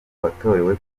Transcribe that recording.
watorewe